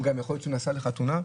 גם יכול להיות שהוא נסע לחתונה.